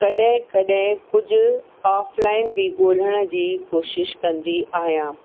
कॾहिं कॾहिं कुझु ऑफलाइन बि ॻोल्हण जी कोशिश कंदी आहियां